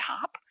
top